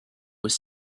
was